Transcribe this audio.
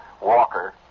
Walker